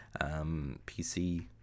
PC